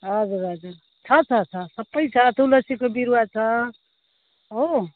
हजुर हजुर छ छ छ सबै छ तुलसीको बिरुवा छ हो